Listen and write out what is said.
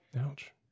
Ouch